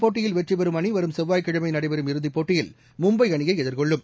போட்டியில் வெற்றிபெறும் அணிவரும் செவ்வாய்க்கிழமைநடைபெறும் இந்தப் இறுதிப்போட்டியில் மும்பைஅணியைஎதிர்கொள்ளும்